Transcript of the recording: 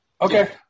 Okay